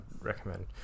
recommend